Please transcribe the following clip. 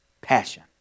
passion